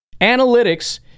Analytics